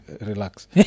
relax